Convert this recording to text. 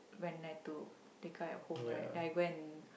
one night to take out at home right then I go and